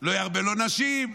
לא ירבה לו סוסים, לא ירבה לו נשים.